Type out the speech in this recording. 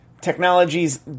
technologies